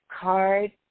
card